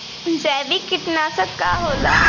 जैविक कीटनाशक का होला?